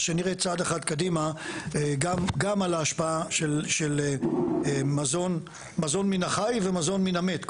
אז שנראה צעד אחד קדימה גם על ההשפעה של מזון מן החי ומזון מן המת.